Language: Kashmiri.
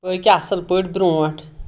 پٔکۍ اَصٕل پٲٹھۍ برونٛٹھ